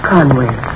Conway